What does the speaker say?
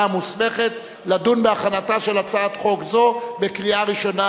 המוסמכת לדון בהכנתה של הצעת חוק זו לקריאה ראשונה.